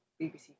BBC